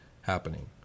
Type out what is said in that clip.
happening